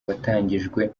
watangijwe